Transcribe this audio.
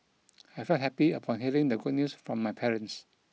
I felt happy upon hearing the good news from my parents